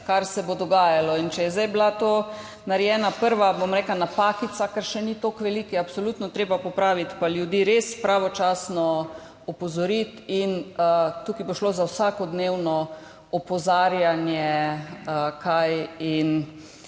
kar se bo dogajalo. In če je zdaj bila narejena prva, bom rekla, napakica, ker še ni tako velika, jo je absolutno treba popraviti pa ljudi res pravočasno opozoriti. Tukaj bo šlo za vsakodnevno opozarjanje, kaj se